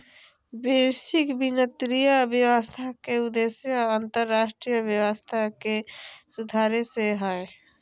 वैश्विक वित्तीय व्यवस्था के उद्देश्य अन्तर्राष्ट्रीय व्यवस्था के सुधारे से हय